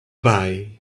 bye